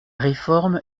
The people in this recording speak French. réforme